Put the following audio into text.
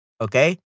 Okay